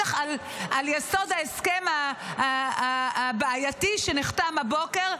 בטח על יסוד ההסכם הבעייתי שנחתם הבוקר,